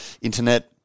internet